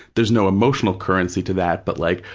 there's no emotional currency to that, but like,